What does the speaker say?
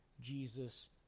Jesus